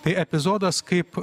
tai epizodas kaip